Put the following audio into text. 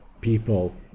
people